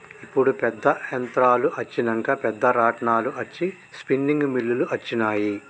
ఇప్పుడు పెద్ద యంత్రాలు అచ్చినంక పెద్ద రాట్నాలు అచ్చి స్పిన్నింగ్ మిల్లులు అచ్చినాయి